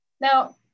Now